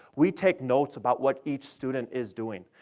we take notes about what each student is doing.